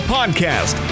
Podcast